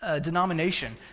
Denomination